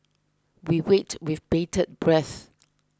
we wait with bated breath